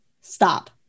stop